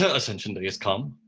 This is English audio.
ah ascension day is come,